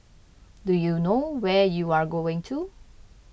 do you know where you're going to